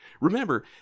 Remember